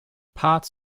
parts